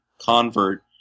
convert